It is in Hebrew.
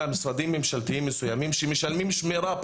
משרדים ממשלתיים מסוימים שמשלמים שמירה,